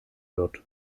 wird